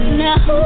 now